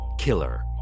killer